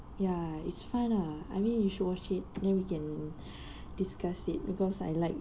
ya it's fine ah I mean you should watch it then we can discuss it because I like